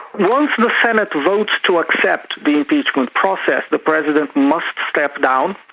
once the senate votes to accept the impeachment process, the president must step down,